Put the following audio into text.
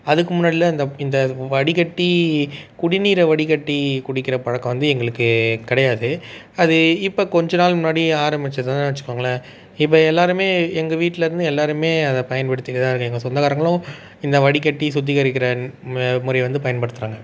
அதுக்கு முன்னாடிலாம் இந்த இந்த வடிக்கட்டி குடிநீரை வடிக்கட்டி குடிக்கின்ற பழக்கம் வந்து எங்களுக்கு கிடையாது அது இப்போ கொஞ்ச நாள் முன்னாடி ஆரம்பிச்சதுன்னு வச்சுக்கோங்களேன் இப்போ எல்லோருமே எங்கள் வீட்லேருந்து எல்லோருமே அதை பயன்படுத்திட்டு தான் இருக்காங்க சொந்தக்காரங்களும் இந்த வடிக்கட்டி சுத்திகரிக்கின்ற ம முறையை வந்து பயன்படுத்துகிறாங்க